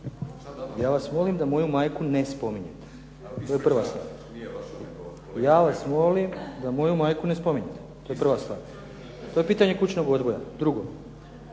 lijepo molim da moju majku ne spominjete. Može? Ja vas molim da moju majku ne spominjete. To je prva stvar. To je pitanje kućnog odgoja. Drugo.